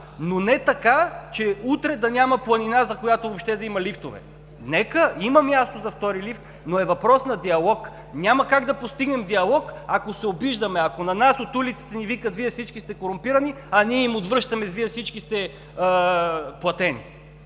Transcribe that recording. но не така, че утре да няма планина, за която въобще да има лифтове. Нека, има място за втори лифт, но е въпрос на диалог. Няма как да постигнем диалог, ако се обиждаме, ако на нас от улицата ни викат „Вие всички сте корумпирани“, а ние им отвръщаме с „Вие всички сте платени“.